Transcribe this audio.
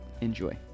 Enjoy